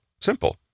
Simple